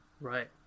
Right